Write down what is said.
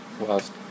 Last